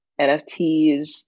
NFTs